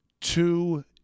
two